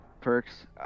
Perks